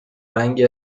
رنگی